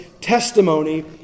testimony